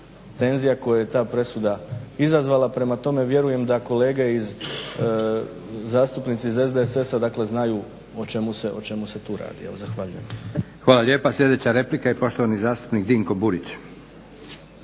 tenzija koje je ta presuda izazvala. Prema tome vjerujem da kolege iz, zastupnici iz SDSS-a dakle znaju o čemu se tu radi. Zahvaljujem. **Leko, Josip (SDP)** Hvala lijepa. Sljedeća replika i poštovani zastupnik Dinko Burić.